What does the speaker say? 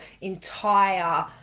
entire